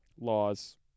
Laws